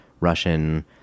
Russian